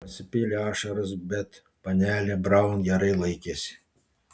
pasipylė ašaros bet panelė braun gerai laikėsi